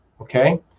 okay